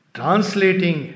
translating